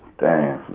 damn,